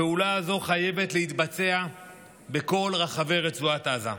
הפעולה הזו חייבת להתבצע בכל רחבי רצועת עזה,